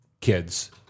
kids